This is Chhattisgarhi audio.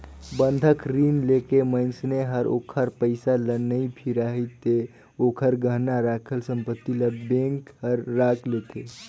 बंधक रीन लेके मइनसे हर ओखर पइसा ल नइ फिराही ते ओखर गहना राखल संपति ल बेंक हर राख लेथें